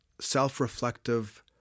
self-reflective